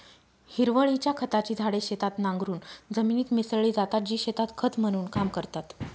हिरवळीच्या खताची झाडे शेतात नांगरून जमिनीत मिसळली जातात, जी शेतात खत म्हणून काम करतात